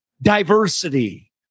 diversity